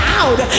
out